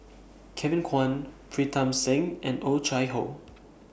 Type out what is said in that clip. Kevin Kwan Pritam Singh and Oh Chai Hoo